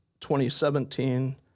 2017